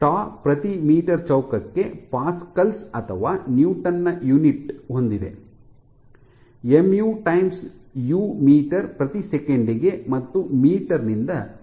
ಟಿಎಯು ಪ್ರತಿ metre meter0 ಚೌಕಕ್ಕೆ pascals ಅಥವಾ ನ್ಯೂಟನ್ ನ ಯೂನಿಟ್ ಹೊಂದಿದೆ m u times u metre ಪ್ರತಿ ಸೆಕೆಂಡ್ ಗೆ ಮತ್ತು ಮೀಟರ್ ನಿಂದ ಭಾಗಿಸಲಾಗಿದೆ